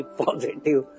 positive